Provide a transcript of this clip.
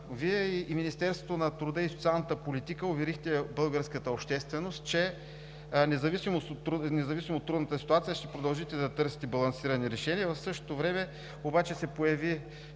Вие и Министерството на труда и социалната политика уверихте българската общественост, че независимо от трудната ситуация ще продължите да търсите балансирани решения. В същото време се появи